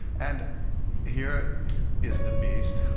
and here is the beast.